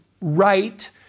right